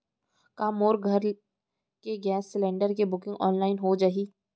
का मोर घर के गैस सिलेंडर के बुकिंग ऑनलाइन हो जाही?